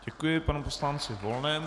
Děkuji panu poslanci Volnému.